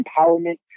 empowerment